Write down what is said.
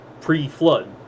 pre-flood